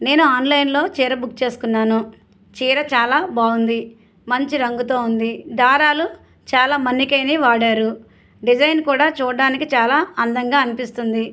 నేను ఆన్లైన్లో చీర బుక్ చేసుకున్నాను చీర చాలా బాగుంది మంచి రంగుతో ఉంది దారాలు చాలా మన్నికైనవి వాడారు డిజైన్ కూడా చూడడానికి చాలా అందంగా అనిపిస్తుంది